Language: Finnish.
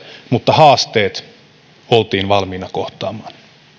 mutta haasteet oltiin valmiita kohtaamaan